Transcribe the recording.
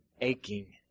aching